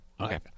Okay